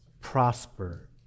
prosper